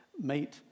meet